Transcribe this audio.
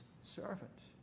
servant